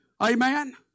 Amen